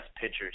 pitchers